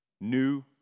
New